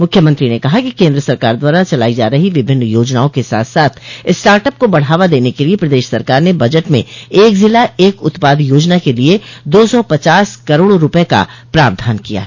मुख्यमत्री ने कहा कि केन्द्र सरकार द्वारा चलाई जा रही विभिन्न योजनाओं के साथ साथ स्टार्टअप को बढ़ावा देने के लिए प्रदेश सरकार ने बजट में एक जिला एक उत्पाद योजना के लिए दो सौ पचास करोड़ रूपये का प्रावधान किया है